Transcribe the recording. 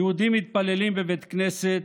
"יהודים מתפללים בבית כנסת,